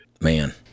Man